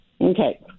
Okay